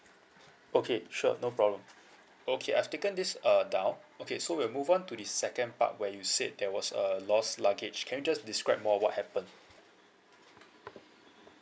okay sure no problem okay I've taken this uh down okay so we'll move on to the second part where you said there was a lost luggage can you just describe more what happened